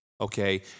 Okay